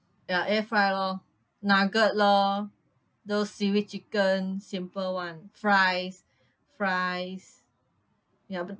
ya air fry lor nugget lor those seaweed chicken simple one fries fries ya bu~